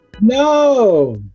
No